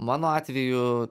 mano atveju